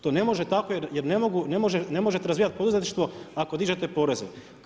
To ne može tako jer ne možete razvijati poduzetništvo, ako dižete poreze.